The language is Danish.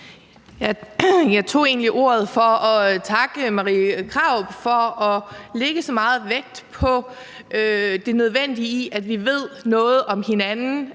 egentlig ordet for at takke fru Marie Krarup for at lægge så meget vægt på det nødvendige i, at vi ved noget om hinanden